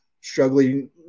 struggling